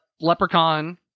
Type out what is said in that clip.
leprechaun